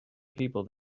people